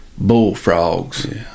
bullfrogs